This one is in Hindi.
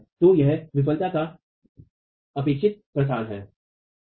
तो यह विफलता का अपेक्षित प्रसार है